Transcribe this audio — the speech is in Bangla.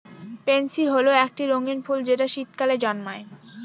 পেনসি হল একটি রঙ্গীন ফুল যেটা শীতকালে জন্মায়